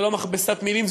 זה לא מכבסת מילים,